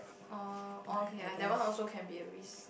orh okay that one also can be a risk